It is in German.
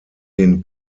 den